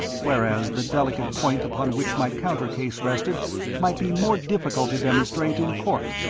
whereas the delicate point upon which my counter case rested might be more difficult to demonstrate in court.